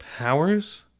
Powers